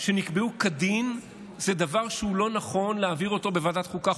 שנקבעו כדין זה דבר שלא נכון להעביר אותו בוועדת החוקה,